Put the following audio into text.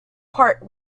park